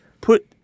put